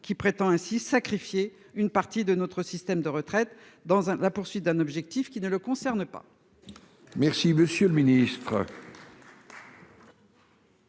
qui prétend ainsi sacrifier une partie de notre système de retraite dans la poursuite d'un objectif qui ne le concerne pas.